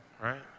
right